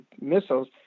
missiles